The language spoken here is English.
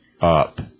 up